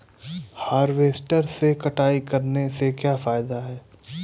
Harvester से कटाई करने से क्या फायदा है?